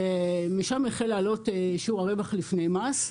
ומשם החל לעלות שיעור הרווח לפני מס.